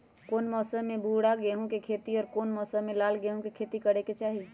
कौन मौसम में भूरा गेहूं के खेती और कौन मौसम मे लाल गेंहू के खेती करे के चाहि?